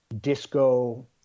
disco